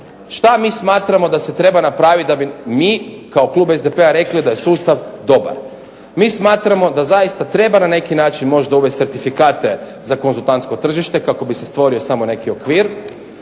Šta mi smatramo da se treba napraviti da bi mi kao klub SDP-a rekli da je sustav dobar. Mi smatramo da zaista treba na neki način možda uvesti certifikate za konzultantsko tržište kako bi se stvorio samo neki okvir.